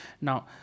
now